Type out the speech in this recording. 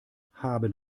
haben